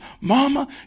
Mama